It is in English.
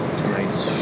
tonight's